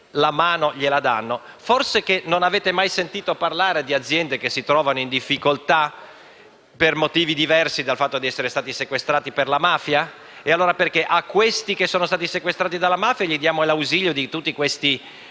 mi chiedo se non avete mai sentito parlare di aziende che si trovano in difficoltà per motivi diversi dal fatto di essere state sequestrate per mafia. E allora perché a queste che sono state sequestrate per mafia diamo l'ausilio di tutte queste